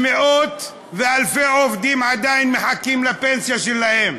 ומאות ואלפי עובדים עדיין מחכים לפנסיה שלהם.